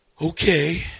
okay